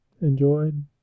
enjoyed